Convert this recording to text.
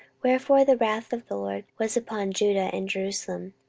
wherefore the wrath of the lord was upon judah and jerusalem,